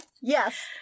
Yes